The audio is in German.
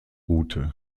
route